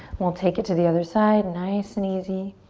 we'll take it to the other side nice and easy.